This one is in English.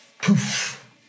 Poof